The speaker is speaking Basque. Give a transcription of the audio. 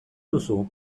duzu